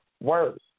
Words